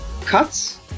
cuts